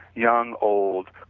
young, old,